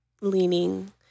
leaning